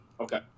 Okay